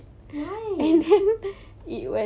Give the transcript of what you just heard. why